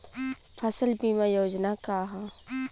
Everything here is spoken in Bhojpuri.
फसल बीमा योजना का ह?